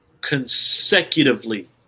Consecutively